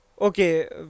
okay